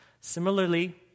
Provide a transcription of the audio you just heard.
Similarly